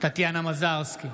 טטיאנה מזרסקי,